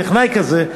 טכנאי כזה,